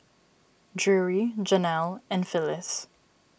Drury Janelle and Phylis